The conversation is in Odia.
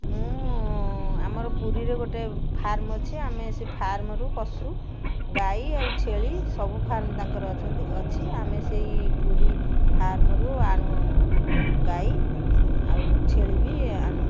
ମୁଁ ଆମର ପୁରୀରେ ଗୋଟେ ଫାର୍ମ୍ ଅଛି ଆମେ ସେଇ ଫାର୍ମରୁ ପଶୁ ଗାଈ ଆଉ ଛେଳି ସବୁ ଫାର୍ମ୍ ତାଙ୍କର ଅଛନ୍ତି ଅଛି ଆମେ ସେଇ ପୁରୀ ଫାର୍ମରୁ ଆଣୁ ଗାଈ ଆଉ ଛେଳି ବି ଆଣୁ